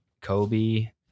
Kobe